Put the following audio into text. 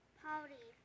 party